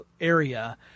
area